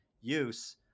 use